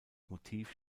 motiv